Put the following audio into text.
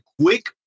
quick